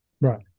Right